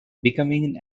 becoming